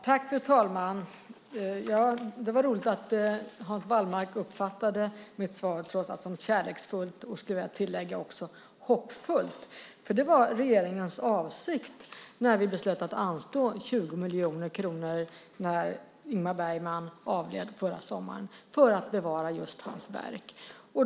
Fru talman! Det var roligt att Hans Wallmark uppfattade mitt svar som kärleksfullt. Hoppfullt, måste jag tillägga, för det var regeringens avsikt när vi beslöt att anslå 20 miljoner kronor för att bevara Ingmar Bergmans verk efter att han avlidit förra sommaren.